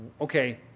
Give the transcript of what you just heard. okay